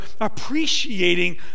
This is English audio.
appreciating